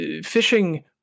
fishing